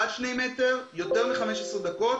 עד שני מטר, יותר מ-15 דקות.